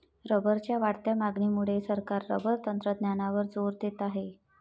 रबरच्या वाढत्या मागणीमुळे सरकार रबर तंत्रज्ञानावर जोर देत आहे